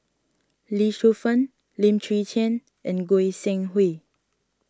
Lee Shu Fen Lim Chwee Chian and Goi Seng Hui